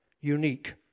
Unique